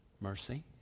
Mercy